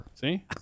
See